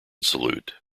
salute